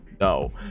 no